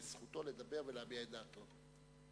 וזכותו לדבר ולהביע את דעתו.